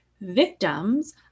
victims